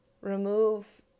remove